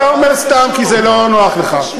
אתה אומר סתם, כי זה לא נוח לך.